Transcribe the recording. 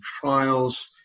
Trials